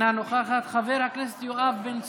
אינה נוכחת, חבר הכנסת יואב בן צור,